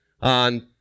on